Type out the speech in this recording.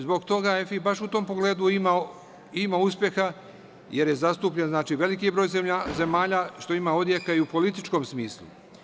Zbog toga, EFI baš u tom pogledu ima uspeha, jer je zastupljen veliki broj zemalja, a što ima odjeka i u političkom smislu.